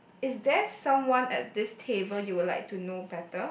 is there someone at this table you would like to know better